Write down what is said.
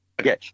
okay